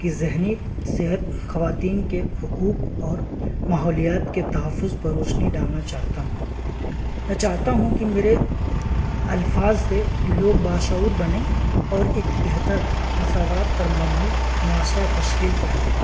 کی ذہنی صحت خواتین کے حقوق اور ماحولیات کے تحفظ پر روشنی ڈالنا چاہتا ہوں میں چاہتا ہوں کہ میرے الفاظ سے لوگ باشعور بنیں اور ایک بہتر مساوات پر مبنی معاشرہ تشکیل پائے